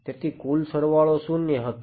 તેથી કુલ સરવાળો શૂન્ય હતો